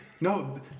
No